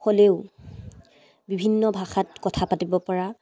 হ'লেও বিভিন্ন ভাষাত কথা পাতিবপৰা